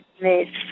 made